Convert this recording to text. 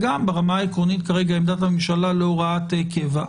וגם, ברמה העקרונית כרגע עמדת הממשלה להוראת קבע.